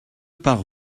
par